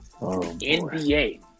NBA